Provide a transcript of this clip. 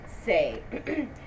Say